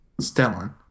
Stellan